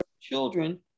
children